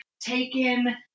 taken